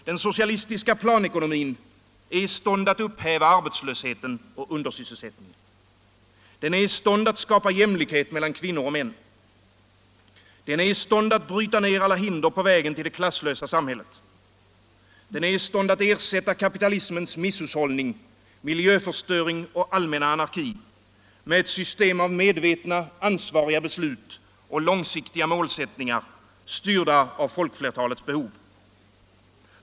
Den socialistiska planekonomin är i stånd att upphäva arbetslösheten och undersysselsättningen. Den är i stånd att skapa jämlikhet mellan kvinnor och män. Den är i stånd att bryta ned alla hinder på vägen till det klasslösa samhället. Den är i stånd att ersätta kapitalismens misshushållning, miljöförstöring och allmänna anarki med ett system av medvetna ansvariga beslut och långsiktiga målsättningar, styrda av folkflertalets behov.